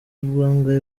bangahe